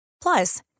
Plus